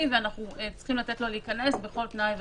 ואנחנו צריכים לתת לו להיכנס בכל תנאי וכו'.